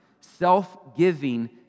self-giving